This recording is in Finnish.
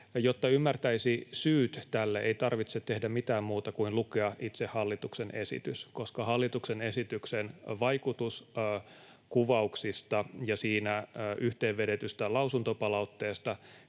Jotta ymmärtäisi syyt tälle, ei tarvitse tehdä mitään muuta kuin lukea itse hallituksen esitys, koska hallituksen esityksen vaikutuskuvauksista ja siinä yhteen vedetystä lausuntopalautteesta